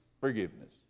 forgiveness